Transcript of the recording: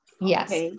yes